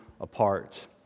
apart